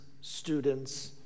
students